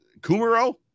Kumaro